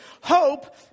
Hope